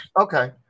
Okay